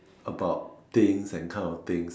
about things and kind of thing